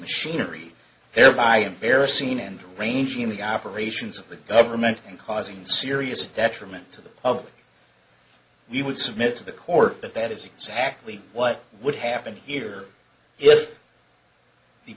machinery thereby embarrassing and arranging the operations of the government and causing serious detriment to the of we would submit to the court that that is exactly what would happen it or if the